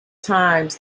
times